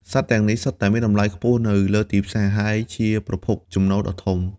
សត្វទាំងនេះសុទ្ធតែមានតម្លៃខ្ពស់នៅលើទីផ្សារ ហើយជាប្រភពចំណូលដ៏ធំ។